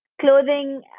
clothing